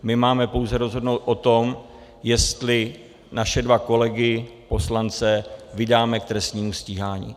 My máme pouze rozhodnout o tom, jestli naše dva kolegy poslance vydáme k trestnímu stíhání.